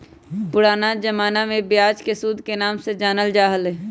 पुराना जमाना में ब्याज के सूद के नाम से जानल जा हलय